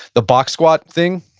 the box squat thing?